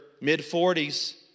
mid-40s